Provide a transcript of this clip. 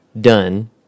done